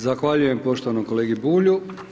Zahvaljujem poštovanom kolegi Bulju.